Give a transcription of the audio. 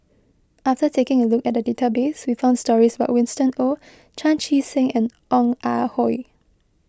after taking a look at the database we found stories about Winston Oh Chan Chee Seng and Ong Ah Hoi